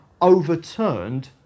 overturned